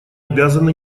обязаны